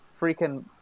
freaking